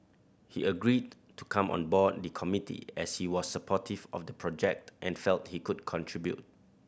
he agreed to come on board the committee as he was supportive of the project and felt he could contribute